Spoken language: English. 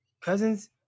Cousins